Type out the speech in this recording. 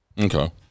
Okay